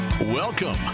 Welcome